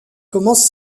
commence